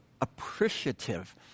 appreciative